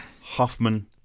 Hoffman